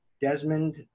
Desmond